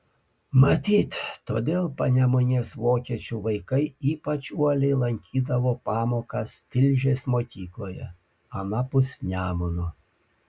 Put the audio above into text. matyt todėl panemunės vokiečių vaikai ypač uoliai lankydavo pamokas tilžės mokykloje anapus nemuno